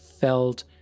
felt